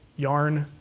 yarn,